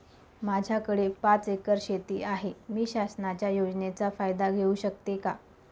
माझ्याकडे पाच एकर शेती आहे, मी शासनाच्या योजनेचा फायदा घेऊ शकते का?